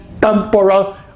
temporal